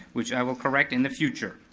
which i will correct in the future.